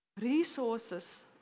Resources